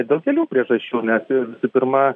dėl kelių priežasčių nes ir visų pirma